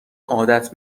عادت